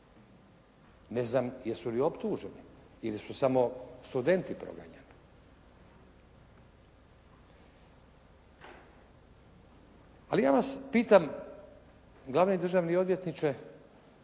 Ne znam jesu li optuženi ili su samo studenti proganjani. Ali ja vas pitam glavni državni odvjetniče